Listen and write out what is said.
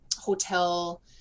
hotel